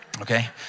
okay